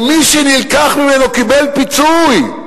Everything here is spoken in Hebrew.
ומי שנלקח ממנו קיבל פיצוי,